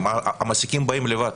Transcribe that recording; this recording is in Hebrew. המעסיקים באים לבד.